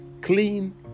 clean